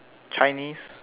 Chinese